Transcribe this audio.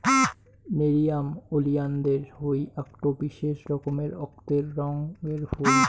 nerium oleander হই আকটো বিশেষ রকমের অক্তের রঙের ফুল